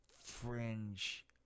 fringe